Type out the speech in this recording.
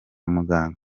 muganga